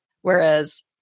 Whereas